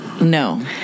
No